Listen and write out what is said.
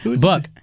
Buck